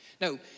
No